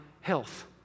health